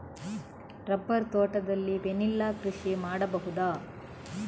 Rubber ತೋಟದಲ್ಲಿ vanilla ಕೃಷಿ ಮಾಡಬಹುದಾ?